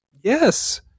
yes